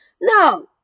no